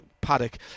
paddock